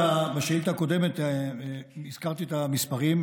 בשאילתה הקודמת הזכרתי את המספרים,